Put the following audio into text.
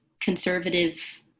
conservative